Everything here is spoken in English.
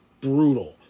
brutal